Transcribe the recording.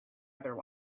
other